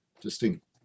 distinct